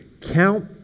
count